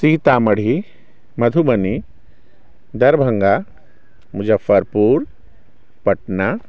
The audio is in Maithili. सीतामढ़ी मधुबनी दरभङ्गा मुजफ्फरपुर पटना